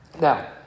Now